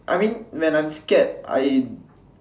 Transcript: I mean when I'm scared I